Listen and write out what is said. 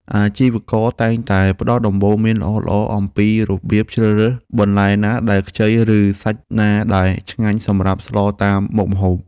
អាជីវករតែងតែផ្ដល់ដំបូន្មានល្អៗអំពីរបៀបជ្រើសរើសបន្លែណាដែលខ្ចីឬសាច់ណាដែលឆ្ងាញ់សម្រាប់ស្លតាមមុខម្ហូប។